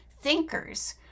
Thinkers